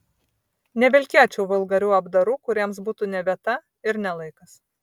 nevilkėčiau vulgarių apdarų kuriems būtų ne vieta ir ne laikas